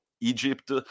Egypt